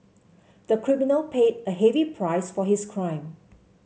the criminal paid a heavy price for his crime